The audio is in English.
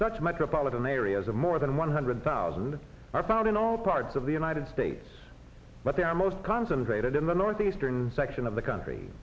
such metropolitan areas of more than one hundred thousand are found in all parts of the united states but they are most concentrated in the northeastern section of the country